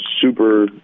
super